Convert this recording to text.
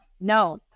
no